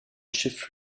chef